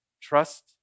trust